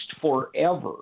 forever